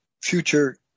future